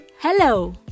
Hello